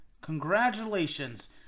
congratulations